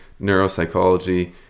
neuropsychology